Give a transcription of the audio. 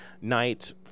night